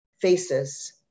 faces